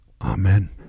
Amen